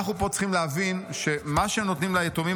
אנחנו צריכים להבין פה שמה שנותנים ליתומים